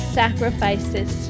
sacrifices